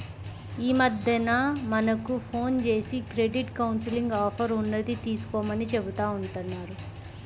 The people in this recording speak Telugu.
యీ మద్దెన మనకు ఫోన్ జేసి క్రెడిట్ కౌన్సిలింగ్ ఆఫర్ ఉన్నది తీసుకోమని చెబుతా ఉంటన్నారు